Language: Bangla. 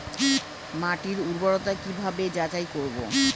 মাটির উর্বরতা কি ভাবে যাচাই করব?